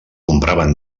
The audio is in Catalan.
compraven